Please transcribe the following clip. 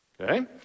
okay